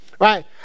Right